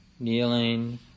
kneeling